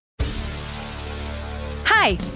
Hi